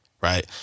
right